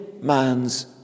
man's